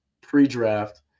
pre-draft